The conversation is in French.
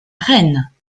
rennes